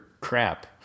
crap